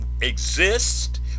exist